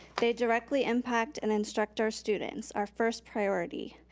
they directly impact and instruct our students, our first priority.